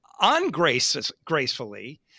ungracefully